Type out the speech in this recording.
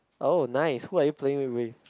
oh nice who are you playing it with